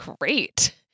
great